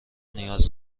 نیاز